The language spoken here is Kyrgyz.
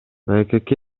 мкк